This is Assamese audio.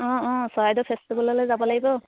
অঁ অঁ চৰাইদেউ ফেষ্টিভেললৈ যাব লাগিব